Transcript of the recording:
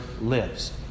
lives